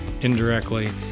indirectly